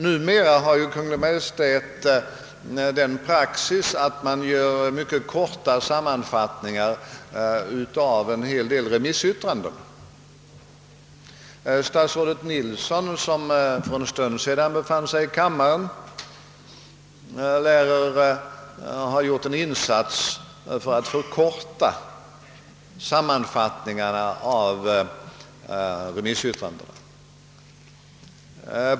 Numera tillämpar ju Kungl. Maj:t en sådan praxis, att man gör mycket korta sammanfattningar av en hel del remissyttranden. Statsrådet Nilsson, som befann sig här i kammaren för en stund sedan, lär ha gjort en insats för att förkorta sammanfattningarna av remissyttrandena.